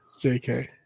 JK